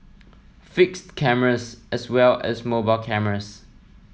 fixed cameras as well as mobile cameras